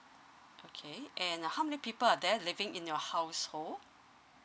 okay and how many people are there living in your household